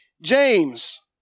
James